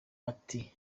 ati